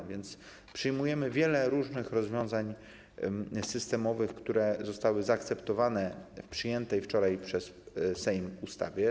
A więc przyjmujemy wiele różnych rozwiązań systemowych, które zostały zaakceptowane w przyjętej wczoraj przez Sejm ustawie.